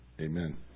amen